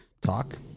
talk